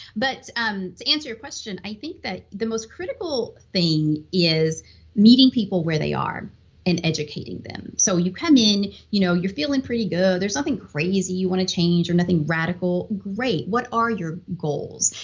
but um to answer question, i think that the most critical thing is meeting people where they are and educating them so you come in, you know you're feeling pretty good, there's nothing crazy you want to change or nothing radical great! what are your goals?